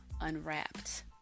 unwrapped